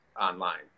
online